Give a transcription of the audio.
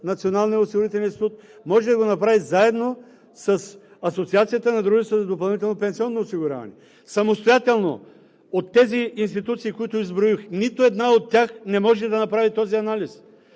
Националния осигурителен институт, може да го направи заедно с Асоциацията на дружествата за допълнително пенсионно осигуряване. Самостоятелно от тези институции, които изброих, нито една от тях не може да направи този анализ!